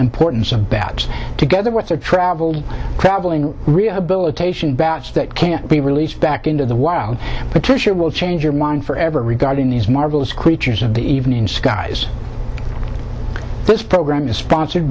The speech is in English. importance of bats together with a travel travelling rehabilitation bats that can't be released back into the wild patricia will change your mind forever regarding these marvelous creatures of the evening skies this program is sponsored